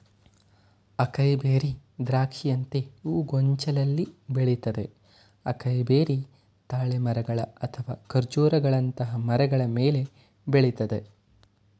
acai berry ದ್ರಾಕ್ಷಿಯಂತೆ ಹೂಗೊಂಚಲಲ್ಲಿ ಬೆಳಿತದೆ ಅಕೈಬೆರಿ ತಾಳೆ ಮರಗಳು ಅಥವಾ ಖರ್ಜೂರಗಳಂತಹ ಮರಗಳ ಮೇಲೆ ಬೆಳಿತದೆ